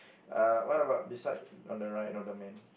uh what about this side on the right of the man